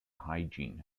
hygiene